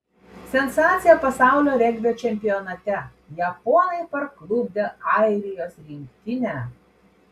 sensacija pasaulio regbio čempionate japonai parklupdė airijos rinktinę